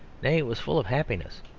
nay, it was full of happiness.